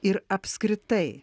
ir apskritai